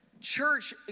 church